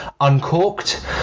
uncorked